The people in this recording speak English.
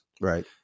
Right